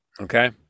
okay